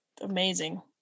amazing